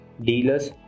dealers